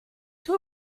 que